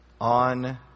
on